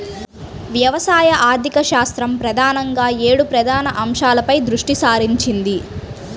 వ్యవసాయ ఆర్థికశాస్త్రం ప్రధానంగా ఏడు ప్రధాన అంశాలపై దృష్టి సారించింది